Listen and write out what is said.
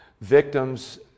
Victims